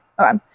Okay